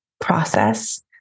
process